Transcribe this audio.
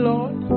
Lord